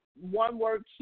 one-word